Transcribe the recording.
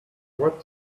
what